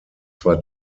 zwei